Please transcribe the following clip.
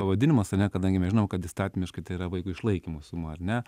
pavadinimas ar ne kadangi mes žinom kad įstatymiškai tai yra vaiko išlaikymo suma ar ne